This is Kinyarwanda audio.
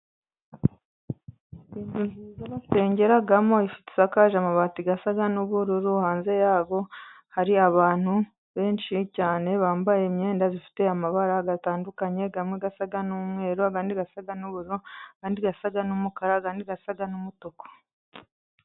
Inzu nziza basengeramo ifiti isakaje amabati asa n'ubururu, hanze y'ayo hari abantu benshi cyane bambaye imyenda ifite amabara atandukanye amwe asa n'umweru, andi asa n'ubururu, andi asa n'umukara, andi asa n'umutuku.